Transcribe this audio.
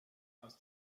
aus